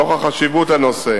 נוכח חשיבות הנושא